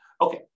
Okay